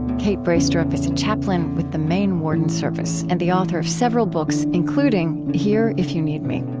kate braestrup is a chaplain with the maine warden service and the author of several books, including here if you need me.